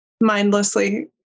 mindlessly